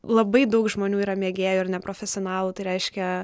labai daug žmonių yra mėgėjų ir neprofesionalų tai reiškia